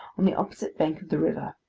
on the opposite bank of the river.